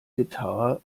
gitarre